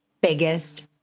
biggest